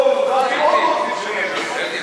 אתם רוצים,